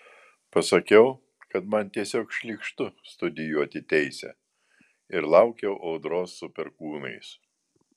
pasakiau kad man tiesiog šlykštu studijuoti teisę ir laukiau audros su perkūnais